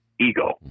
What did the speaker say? ego